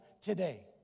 today